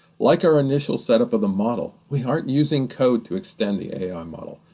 like our initial setup of the model, we aren't using code to extend the ai model,